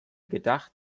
gedacht